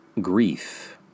grief